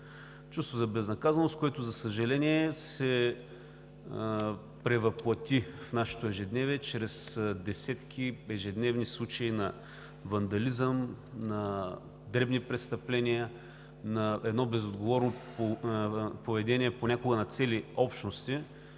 чувството за безнаказаност, което, за съжаление, се превъплъти в нашето ежедневие чрез десетки ежедневни случаи на вандализъм, на дребни престъпления, на едно безотговорно поведение – понякога на цели общности,